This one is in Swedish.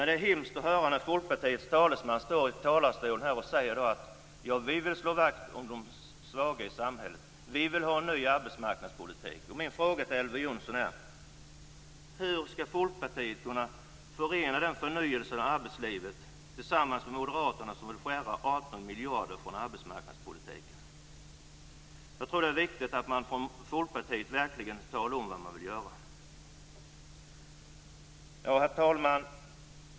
Det är hemskt att höra Folkpartiets talesman stå i talarstolen och säga: Vi vill slå vakt om de svaga i samhället! Vi vill ha en ny arbetsmarknadspolitik! Min fråga till Elver Jonsson är: Hur skall Folkpartiet kunna förena den förnyelsen av arbetslivet med Moderaternas förslag om att skära 18 miljarder från arbetsmarknadspolitiken? Jag tror det är viktigt att man från Folkpartiet verkligen talar om vad man vill göra. Herr talman!